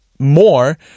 more